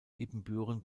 ibbenbüren